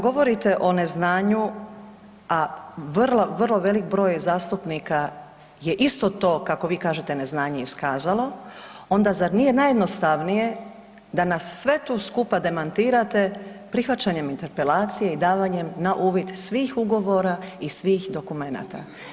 Ako govorite o neznanju, a vrlo, vrlo velik broj je zastupnika je isto to kako vi kažete neznanje iskazalo onda zar nije najjednostavnije da nas sve tu skupa demantirate prihvaćanjem interpelacije i davanjem na uvid svih ugovora i svih dokumenata.